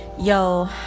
yo